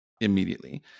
immediately